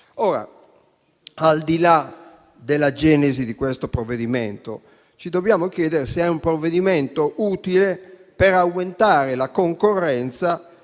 Ora, al di là della genesi di questo provvedimento, ci dobbiamo chiedere se è utile per aumentare la concorrenza